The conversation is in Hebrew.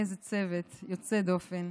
איזה צוות יוצא דופן.